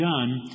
done